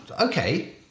Okay